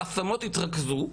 ההשמות התרכזו,